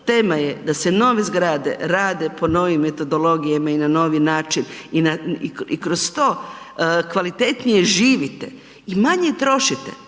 tema je da se nove zgrade rade po novim metodologijama i na novi način i kroz to kvalitetnije živite i manje trošite.